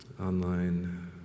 Online